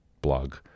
blog